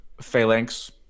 phalanx